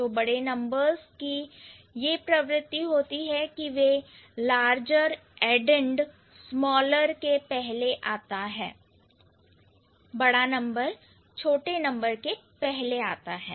यह कहता है कि अगर न्यूमरल्स को एडिशन से बनाया गया है तो बड़े नंबर्स की यह प्रवृत्ति होती है कि वे लार्जर एंडंड स्मॉलर के पहले आता है बड़ा नंबर छोटे नंबर के पहले आता है